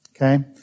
Okay